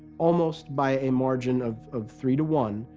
almost by a margin of of three to one,